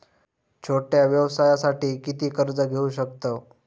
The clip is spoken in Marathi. छोट्या व्यवसायासाठी किती कर्ज घेऊ शकतव?